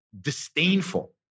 disdainful